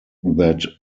that